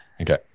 Okay